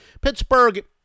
Pittsburgh